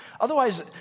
Otherwise